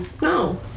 no